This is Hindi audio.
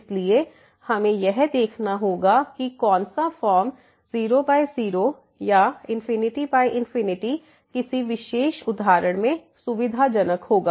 इसलिए हमें यह देखना होगा कि कौन सा फॉर्म 00 या ∞∞ किसी विशेष उदाहरण में सुविधाजनक होगा